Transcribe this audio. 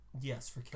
Yes